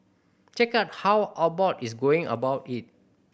check out how Abbott is going about it